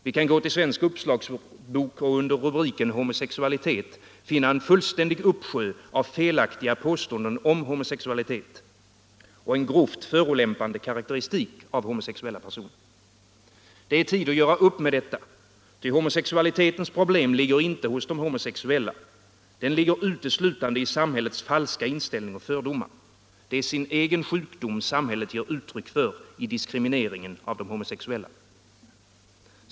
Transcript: Vi kan gå till Svensk Uppslagsbok och under rubriken Homosexualitet finna en fullständig uppsjö av felaktiga påståenden om homosexualitet och en grovt förolämpande karakteristik av homosexuella personer. Det är tid att göra upp med detta. Ty homosexualitetens problem ligger inte hos de homosexuella. Det ligger uteslutande i samhällets falska inställning och fördomar. Det är sin egen sjukdom samhället ger uttryck för i diskrimineringen av de homosexuella.